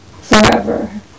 forever